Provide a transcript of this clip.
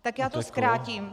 Tak já to zkrátím.